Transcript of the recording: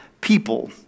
people